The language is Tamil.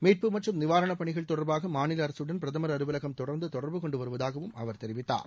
மீட்பு மற்றும் நிவாரணப்பணிகள் தொடர்பாக மாநில அரசுடன் பிரதமர் அலுவலகம் தொடர்ந்து தொடர்பு கொண்டு வருவதாகவும் அவர் தெரிவித்தார்